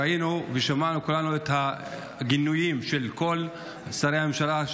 ראינו ושמענו כולנו את הגינויים של כל שרי הממשלה,